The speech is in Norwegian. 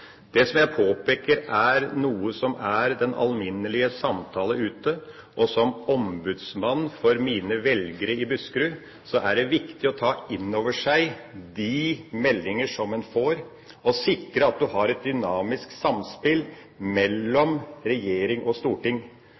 Det som jeg påpeker, er noe som er den alminnelige samtale ute og som ombudsmann for mine velgere i Buskerud er det viktig å ta inn over seg de meldinger en får, og sikre at en har et dynamisk samspill mellom regjering og storting,